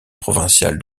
provincial